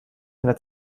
einer